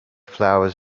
flowers